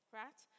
right